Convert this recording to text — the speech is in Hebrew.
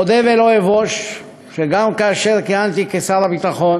אודה ולא אבוש, כאשר כיהנתי כשר הביטחון